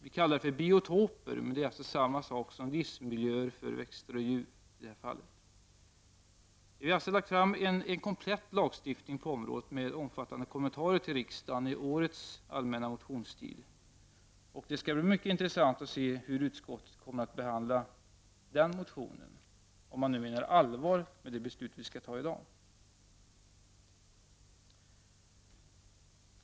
Vi talar om biotoper, och det är samma sak som livsmiljöer för växter och djur. Vi har lagt fram ett förslag om en komplett lagstiftning på området, med omfattande kommentarer, till riksdagen under årets allmänna motionstid, och det skall bli mycket intressant att se hur utskottet kommer att behandla den motionen, om man nu menar allvar med det beslut som skall fattas i dag.